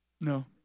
No